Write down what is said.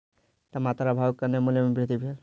टमाटर अभावक कारणेँ मूल्य में वृद्धि भेल